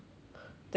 对对对